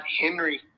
Henry